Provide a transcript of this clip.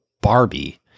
Barbie